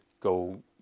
go